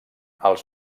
els